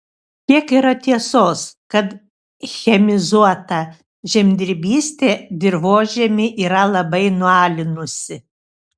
kiek yra tiesos kad chemizuota žemdirbystė dirvožemį yra labai nualinusi